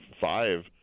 five